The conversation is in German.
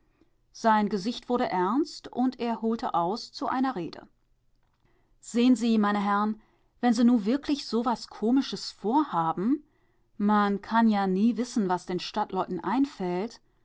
sein gesicht wurde ernst und er holte aus zu einer rede sehn sie meine herr'n wenn se nu wirklich so was komisches vorhaben man kann ja nie wissen was den stadtleuten einfällt